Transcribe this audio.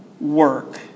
work